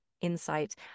insight